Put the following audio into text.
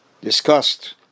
discussed